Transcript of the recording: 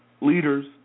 leaders